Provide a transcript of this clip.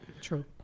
true